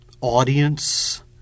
audience